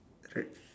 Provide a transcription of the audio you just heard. it's a